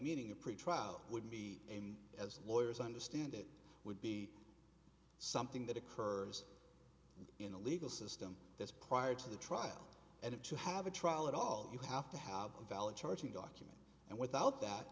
meaning of pretrial would meet him as lawyers understand it would be something that occurs in a legal system this prior to the trial and it to have a trial at all you have to have a valid charging document and without that